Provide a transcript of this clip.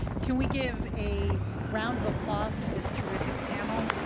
can we give a round of applause to this terrific panel?